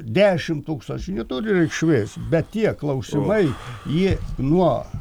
dešim tūkstančių neturi reikšmės bet tie klausimai jie nuo